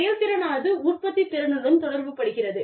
செயல்திறன் ஆனது உற்பத்தித் திறனுடன் தொடர்பு படுகிறது